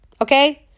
Okay